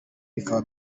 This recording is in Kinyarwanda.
bikaba